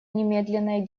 немедленные